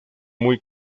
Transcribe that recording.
muy